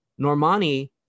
Normani